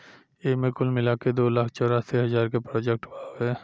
एईमे कुल मिलाके दू लाख चौरासी हज़ार के प्रोजेक्ट बावे